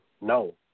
No